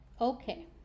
Okay